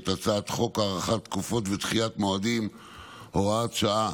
הצעת חוק הארכת תקופות ודחיית מועדים (הוראת שעה,